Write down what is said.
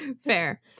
Fair